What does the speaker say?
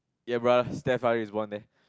ya bruh Steph Curry is one leh